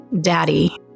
daddy